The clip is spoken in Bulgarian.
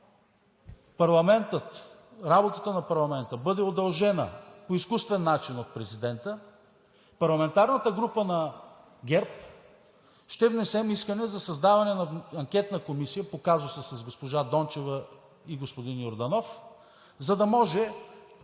Ако работата на парламента бъде удължена по изкуствен начин от президента, парламентарната група на ГЕРБ ще внесе искане за създаване на Анкетна комисия по казуса с госпожа Дончева и господин Йорданов, за да може